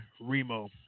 Remo